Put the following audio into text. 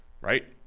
Right